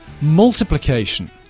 multiplication